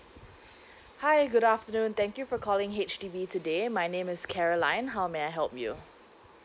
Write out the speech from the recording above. hi good afternoon thank you for calling H_D_B today my name is caroline how may I help you